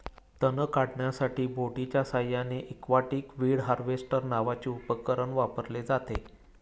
तण काढण्यासाठी बोटीच्या साहाय्याने एक्वाटिक वीड हार्वेस्टर नावाचे उपकरण वापरले जाते